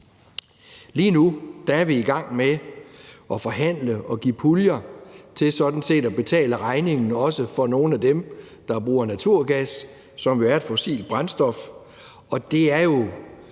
Lige nu er vi i gang med at forhandle og give puljer til sådan set at betale regningen også for nogle af dem, der bruger naturgas, som jo er et fossilt brændstof, og det er jo